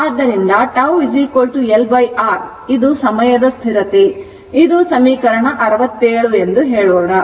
ಆದ್ದರಿಂದ τ L R ಸಮಯದ ಸ್ಥಿರತೆಯು ಇದು ಸಮೀಕರಣ 67 ಎಂದು ಹೇಳೋಣ